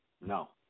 no